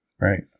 Right